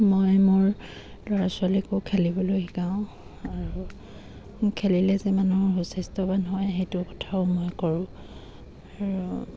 মই মোৰ ল'ৰা ছোৱালীকো খেলিবলৈ শিকাওঁ আৰু খেলিলে যে মানুহৰ সুস্বাস্থ্যৱান হয় সেইটো কথাও মই কৰোঁ আৰু